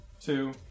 two